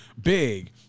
Big